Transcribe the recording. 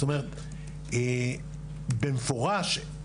זאת אומרת, במפורש,